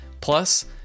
Plus